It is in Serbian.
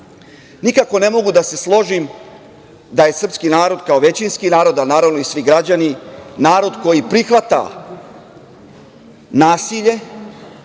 ne mogu da se složim da je srpski narod, kao većinski narod a naravno i svi građani, narod koji prihvata nasilje,